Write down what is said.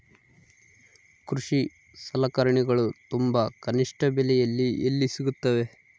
ಕೃಷಿ ಸಲಕರಣಿಗಳು ತುಂಬಾ ಕನಿಷ್ಠ ಬೆಲೆಯಲ್ಲಿ ಎಲ್ಲಿ ಸಿಗುತ್ತವೆ?